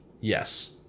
Yes